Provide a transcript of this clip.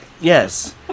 Yes